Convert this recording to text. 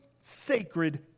sacred